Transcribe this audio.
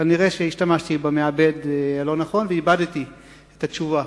כנראה השתמשתי במעבד הלא-נכון ואיבדתי את התשובה.